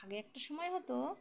আগে একটা সময় হতো